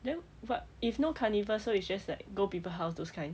then but if no carnival so it's just like go people house those kind